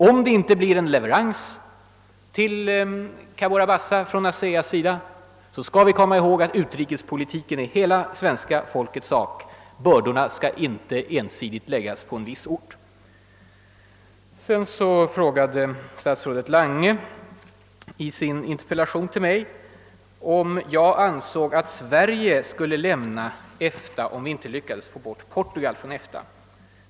Om det inte blir en leverans till Cabora Bassa från ASEA måste vi veta att utrikespolitiken är hela svenska folkets sak. Bördorna skall inte ensidigt läggas på en viss ort. Statsrådet Lange frågade sedan i sin interpellation till mig, om jag anser att Sverige skall lämna EFTA om vi inte lyckas få bort Portugal ur organisationen.